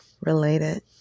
related